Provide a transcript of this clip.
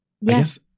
Yes